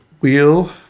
wheel